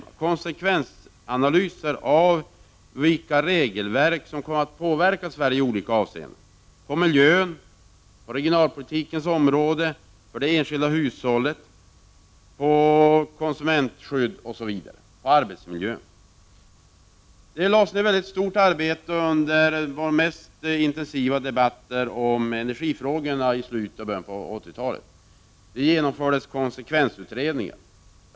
Det behövs konsekvensanalyser av vilka regelverk som kommer att påverka Sverige i olika avseenden på miljöns och på regionalpolitikens område, för de enskilda hushållen, på konsumentskyddets område, på arbetsmiljöns område osv. Ett mycket stort arbete lades ned på energifrågorna i samband med våra mest intensiva debatter i slutet av 1970-talet och i början av 1980-talet. Konsekvensutredningar genomfördes.